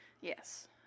Yes